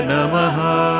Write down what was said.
Namaha